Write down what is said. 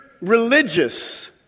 religious